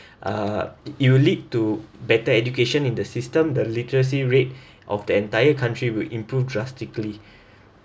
uh it will lead to better education in the system the literacy rate of the entire country will improve drastically